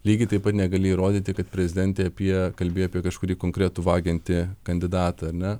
lygiai taip pat negali įrodyti kad prezidentė apie kalbėjo apie kažkurį konkretų vagiantį kandidatą ar ne